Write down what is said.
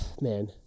man